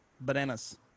bananas